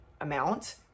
amount